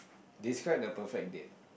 describe the perfect date